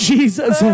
Jesus